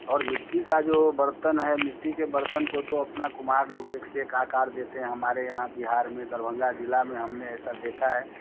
और मिट्टी का जो बर्तन है मिट्टी के बर्तन को तो अपना कुम्हार लोग एक से एक आकार देते हैं हमारे यहाँ बिहार में दरभंगा ज़िले में हमने ऐसा देखा है